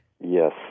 Yes